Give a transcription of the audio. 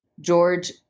George